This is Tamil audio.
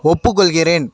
ஒப்புக்கொள்கிறேன்